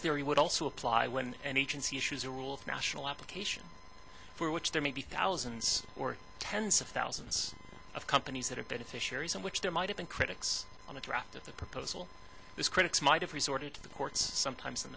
theory would also apply when an agency issues a rule for national application for which there may be thousands or tens of thousands of companies that are beneficiaries in which there might have been critics on the draft of the proposal those critics might have resorted to the courts sometimes in